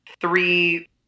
three